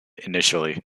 initially